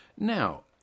Now